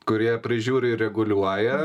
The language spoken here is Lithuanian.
kurie prižiūri reguliuoja